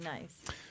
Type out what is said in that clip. Nice